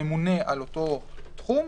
שממונה על אותו תחום,